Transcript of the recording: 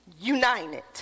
united